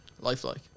lifelike